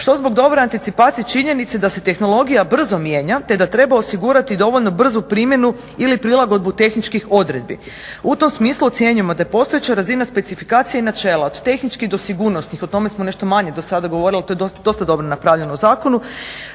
što zbog dobre anticipacije činjenice da se tehnologija brzo mijenja, te da treba osigurati dovoljno brzu primjenu ili prilagodbu tehničkih odredbi. U tom smislu ocjenjujemo da je postojeća razina specifikacije i načela od tehničkih do sigurnosnih, o tome smo nešto manje do sada govorili, ali to je dosta dobro napravljeno u zakonu.